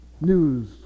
news